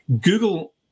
Google